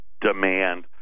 demand